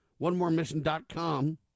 OneMoreMission.com